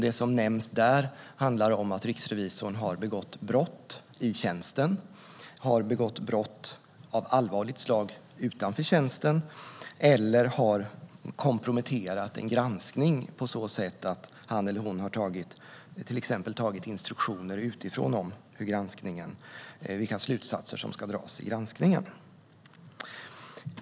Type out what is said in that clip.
Det som nämns där handlar om att riksrevisorn antingen har begått brott i tjänsten eller brott av allvarligt slag utanför tjänsten eller har komprometterat en granskning på så sätt att han eller hon till exempel tagit instruktioner utifrån om vilka slutsatser som ska dras i granskningen.